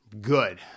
Good